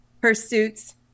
pursuits